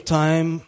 time